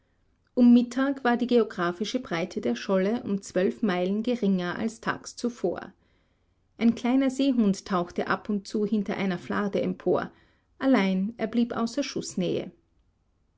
um mittag war die geographische breite der scholle und zwölf meilen geringer als tags zuvor ein kleiner seehund tauchte ab und zu hinter einer flarde empor allein er blieb außer schußnähe